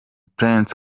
prince